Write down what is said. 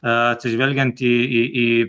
atsižvelgiant į į į